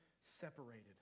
separated